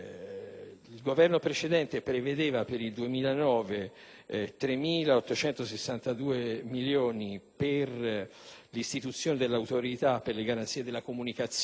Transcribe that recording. Il Governo precedente prevedeva per il 2009 3.862.000 euro per l'istituzione dell'Autorità per le garanzie della comunicazione